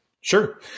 Sure